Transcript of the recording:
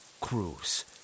Cruz